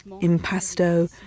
impasto